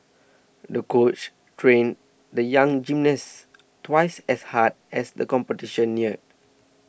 the coach trained the young gymnast twice as hard as the competition neared